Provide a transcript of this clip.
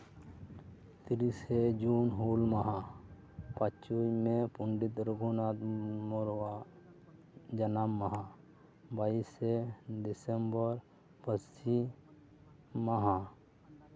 ᱛᱤᱨᱤᱥᱮ ᱡᱩᱱ ᱦᱩᱞ ᱢᱟᱦᱟ ᱯᱟᱸᱪᱚᱭ ᱢᱮᱹ ᱯᱚᱱᱰᱤᱛ ᱨᱚᱜᱷᱩᱱᱟᱛᱷ ᱢᱩᱨᱢᱩᱣᱟᱜ ᱡᱟᱱᱟᱢ ᱢᱟᱦᱟ ᱵᱟᱭᱤᱥᱮ ᱰᱤᱥᱮᱢᱵᱚᱨ ᱯᱟᱹᱨᱥᱤ ᱢᱟᱦᱟ